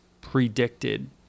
predicted